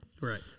right